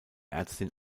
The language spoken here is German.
ärztin